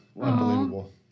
Unbelievable